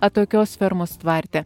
atokios fermos tvarte